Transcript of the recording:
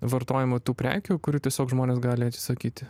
vartojimo tų prekių kurių tiesiog žmonės gali atsisakyti